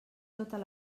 totes